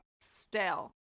Stale